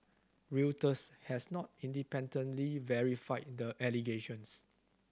Reuters has not independently verified the allegations